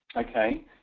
Okay